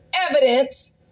evidence